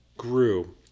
Grew